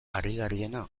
harrigarriena